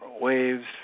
waves